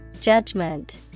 Judgment